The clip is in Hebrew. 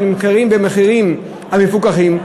נמכרים במחירים המפוקחים.